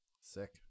Sick